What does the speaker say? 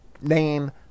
name